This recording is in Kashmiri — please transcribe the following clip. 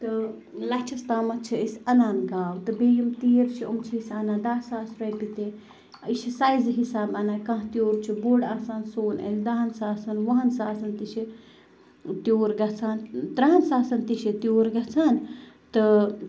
تہٕ لَچھَس تامَتھ چھِ أسۍ اَنان گاو تہٕ بیٚیہِ یُم تیٖر چھِ یِم چھِ أسۍ اَنان دَہ ساس رۄپیہِ تہِ أسۍ چھِ سایزٕ حساب اَنان کانٛہہ تیوٗر چھُ بوٚڑ آسان سُہ اوٚن اَسہِ دَہَن ساسَن وُہَن ساسَن تہِ چھِ تیوٗر گژھان تٕرٛہَن ساسَن تہِ چھِ تیوٗر گژھان تہٕ